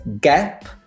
gap